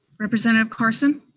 representative carson?